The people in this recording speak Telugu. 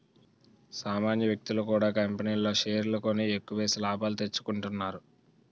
సామాన్య వ్యక్తులు కూడా కంపెనీల్లో షేర్లు కొని ఎక్కువేసి లాభాలు తెచ్చుకుంటున్నారు